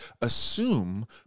assume